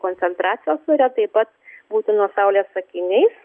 koncentracijos ore taip pat būti nuo saulės akiniais